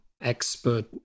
expert